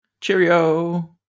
Cheerio